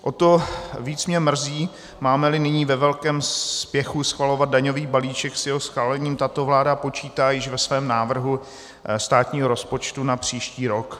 O to víc mě mrzí, mámeli nyní ve velkém spěchu schvalovat daňový balíček, s jehož schválením tato vláda počítá již ve svém návrhu státního rozpočtu na příští rok.